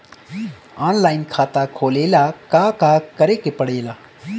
Online खाता खोले ला का का करे के पड़े ला?